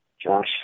Josh